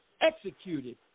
executed